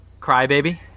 crybaby